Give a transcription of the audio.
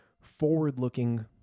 forward-looking